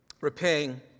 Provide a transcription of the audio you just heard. repaying